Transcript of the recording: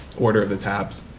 order of the tabs.